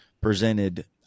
presented